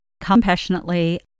compassionately